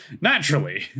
Naturally